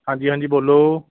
ਹਾਂਜੀ ਹਾਂਜੀ ਬੋਲੋ